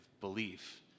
belief